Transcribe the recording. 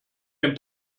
den